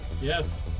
Yes